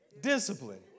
Discipline